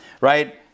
right